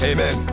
Amen